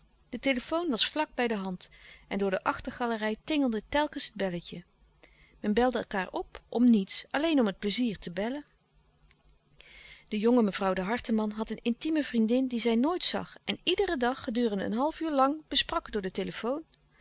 de telefoon was vlak bij de hand en door de achtergalerij tjingelde telkens het belletje men belde elkaâr op om niets alleen om het pleizier te bellen de jonge mevrouw de harteman had een intieme vriendin die zij nooit zag en iederen dag gedurende een half uur lang besprak door de telefoon